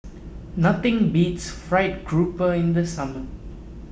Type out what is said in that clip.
nothing beats Fried Grouper in the summer